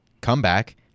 comeback